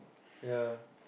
ya